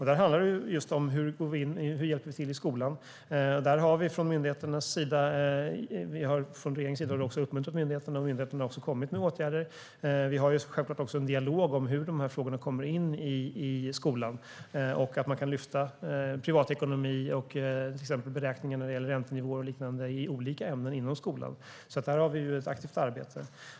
Där handlar det om att gå in och hjälpa till i skolan. Regeringen och myndigheterna har vidtagit åtgärder. Vi för självklart också en dialog om hur dessa frågor kommer in i undervisningen i olika ämnen då man kan ta upp privatekonomi och visa hur man gör beräkningar av räntenivåer och liknande. Så där har vi ett aktivt arbete.